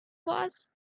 was